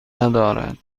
ندارد